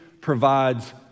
provides